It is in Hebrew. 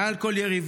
מעל כל יריבות,